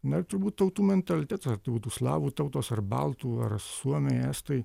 na ir turbūt tautų mentalitetas ar tai būtų slavų tautos ar baltų ar suomiai estai